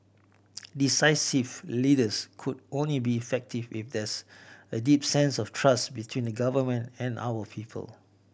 decisive leaders could only be effective if there's a deep sense of trust between government and our people